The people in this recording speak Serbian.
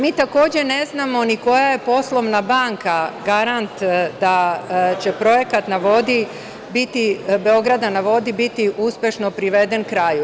Mi takođe ne znamo ni koja je poslovna banka garant da će projekat „Beograd na vodi“ biti uspešno priveden kraju.